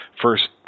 first